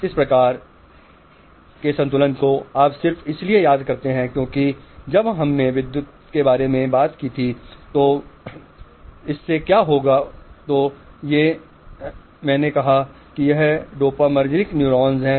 तो इस प्रकार के संतुलन को आप सिर्फ इसलिए याद करते हैं क्योंकि जब हमने विद्युत के बारे में बात की थी तो मैंने कहा कि यह डोपामिनर्जिक न्यूरॉन्स है